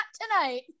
tonight